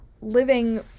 living